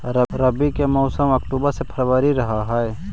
रब्बी के मौसम अक्टूबर से फ़रवरी रह हे